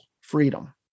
freedom